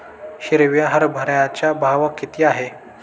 हिरव्या हरभऱ्याचा भाव किती आहे?